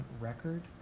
record